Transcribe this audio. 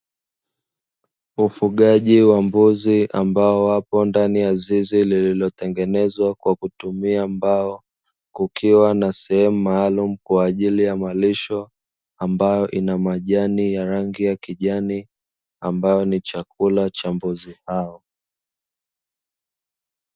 Ufugaji wa mbuzi ambao wapo ndani ya zizi lililotengenezwa kwa kutumia mbao, kukiwa na sehemu maalumu kwa ajili ya malisho ambayo ina majani ya rangi ya kijani ambayo ni chakula cha mbuzi hao.